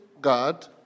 God